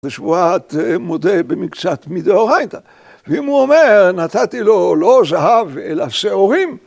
בשבועת מודה במקצת מדאורייתא. ואם הוא אומר, נתתי לו לא זהב אלא שעורים,